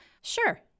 sure